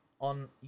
on